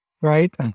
right